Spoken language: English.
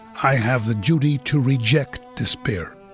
i have the duty to reject despair.